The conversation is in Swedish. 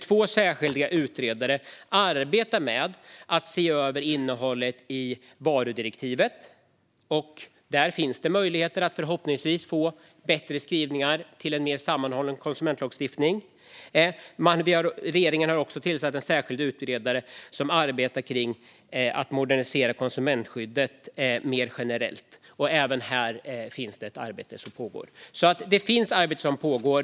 Två särskilda utredare arbetar med att se över innehållet i varudirektivet. Där finns det möjligheter att förhoppningsvis få bättre skrivningar för en mer sammanhållen konsumentlagstiftning. Regeringen har också tillsatt en särskild utredare som arbetar kring att modernisera konsumentskyddet mer generellt. Även här pågår ett arbete. Det finns alltså arbete som pågår.